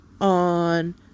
on